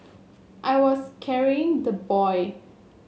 I was carrying the boy